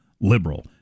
liberal